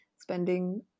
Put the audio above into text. spending